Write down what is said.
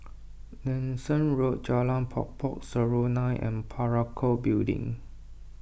Nanson Road Jalan Pokok Serunai and Parakou Building